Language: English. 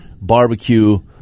barbecue